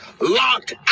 locked